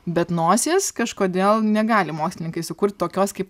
bet nosies kažkodėl negali mokslininkai sukurt tokios kaip